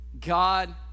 God